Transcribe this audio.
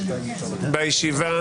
בישיבה.